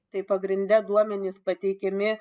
tai pagrinde duomenys pateikiami